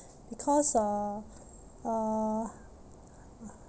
because uh uh